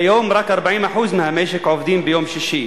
כיום רק 40% מהמשק עובדים ביום שישי,